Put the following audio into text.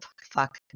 fuck